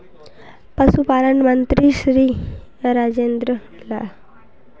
पशुपालन मंत्री श्री राजेन्द्र होला?